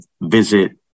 visit